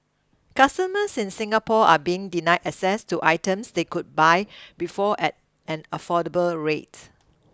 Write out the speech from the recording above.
customers in Singapore are being denied access to items they could buy before at an affordable rate